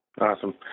Awesome